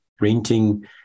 renting